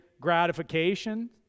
gratification